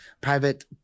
private